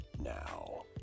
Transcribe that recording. Now